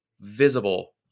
visible